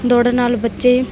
ਦੌੜ ਨਾਲ ਬੱਚੇ